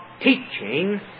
teaching